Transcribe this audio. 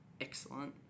excellent